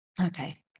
okay